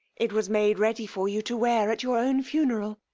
it was made ready for you to wear at your own funeral.